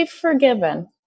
forgiven